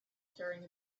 carrying